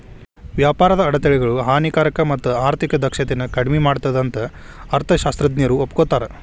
ವ್ಯಾಪಾರದ ಅಡೆತಡೆಗಳು ಹಾನಿಕಾರಕ ಮತ್ತ ಆರ್ಥಿಕ ದಕ್ಷತೆನ ಕಡ್ಮಿ ಮಾಡತ್ತಂತ ಅರ್ಥಶಾಸ್ತ್ರಜ್ಞರು ಒಪ್ಕೋತಾರ